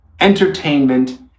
entertainment